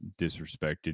disrespected